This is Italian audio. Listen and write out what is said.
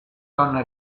donna